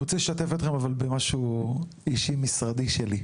אני רוצה לשתף אתכם במשהו אישי משרדי שלי.